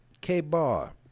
K-Bar